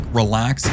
relax